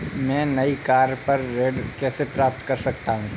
मैं नई कार पर ऋण कैसे प्राप्त कर सकता हूँ?